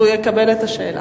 והוא יקבל את השאלה.